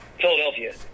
Philadelphia